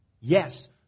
Yes